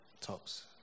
Tops